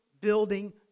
building